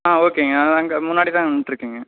ஆ ஓகேங்க அதுதான் அங்கே முன்னாடி தான் நின்றிருக்கேங்க